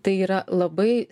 tai yra labai